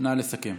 נא לסכם.